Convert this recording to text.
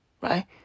right